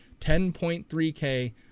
10.3K